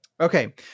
okay